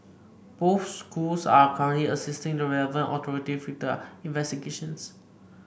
both schools are currently assisting the relevant authority with their investigations